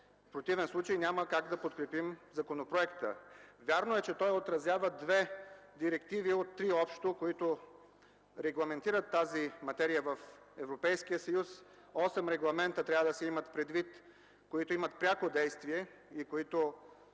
противен случай няма как да подкрепим законопроекта. Вярно е, че той отразява две директиви от общо три, които регламентират тази материя в Европейския съюз. Трябва да се имат предвид осем регламента, които имат пряко действие и които